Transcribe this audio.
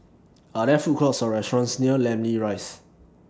Are There Food Courts Or restaurants near Namly Rise